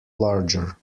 larger